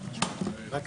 בשעה